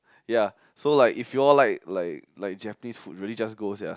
ya so like if you all like like like Japanese food really just go sia